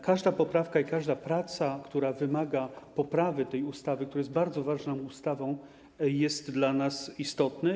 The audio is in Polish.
Każda poprawka i każda praca w zakresie poprawy tej ustawy, która jest bardzo ważną ustawą, są dla nas istotne.